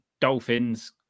Dolphins